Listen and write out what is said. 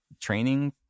training